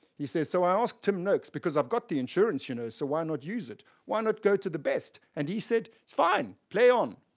he says, so i asked tim noakes because i've got the insurance, you know. so why not use it? why not go to the best? and he said, it's fine, play on